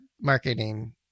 marketing